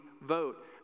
vote